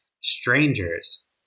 strangers